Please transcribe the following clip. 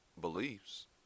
beliefs